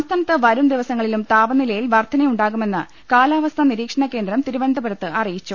സംസ്ഥാനത്ത് വരും ദിവസങ്ങളിലും താപനിലയിൽ വർധനയു ണ്ടാകുമെന്ന് കാലാവസ്ഥാ നിരീക്ഷണ കേന്ദ്രം തിരുവനന്തപുരത്ത് അറിയിച്ചു